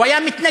הוא היה מתנגד,